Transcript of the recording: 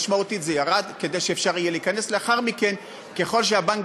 משמעותית זה ירד, כדי שאפשר